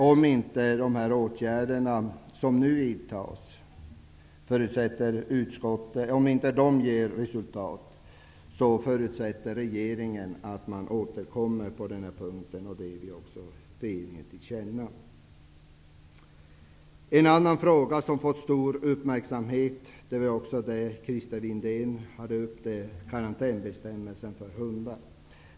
Om inte de åtgärder som nu vidtas ger resultat, förutsätter utskottet att regeringen återkommer. Det ger vi regeringen till känna. En annan fråga som har fått stor uppmärksamhet, som Christer Windén tog upp, är karantänbestämmelserna för hundar.